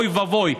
אוי ואבוי.